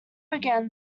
again